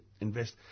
invest